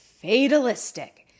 fatalistic